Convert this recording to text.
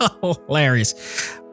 hilarious